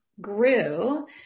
grew